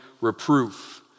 reproof